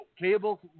cable